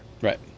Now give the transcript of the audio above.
Right